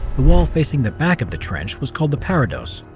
the wall facing the back of the trench was called the parados,